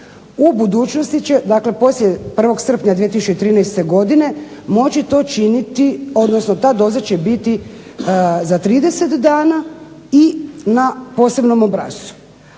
u budućnosti će, dakle poslije 1. srpnja 2013. godine moći to činiti, odnosno ta doza će biti za 30 dana i na posebnom obrascu.